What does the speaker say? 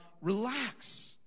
Relax